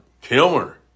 Kilmer